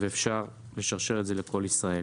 ואפשר לשרשר את זה לכל ישראל.